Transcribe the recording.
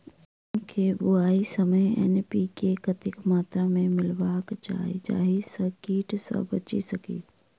गेंहूँ केँ बुआई समय एन.पी.के कतेक मात्रा मे मिलायबाक चाहि जाहि सँ कीट सँ बचि सकी?